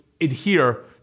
adhere